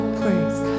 praise